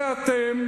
ואתם,